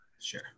Sure